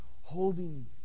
holding